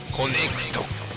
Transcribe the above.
Connect